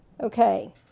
Okay